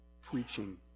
preaching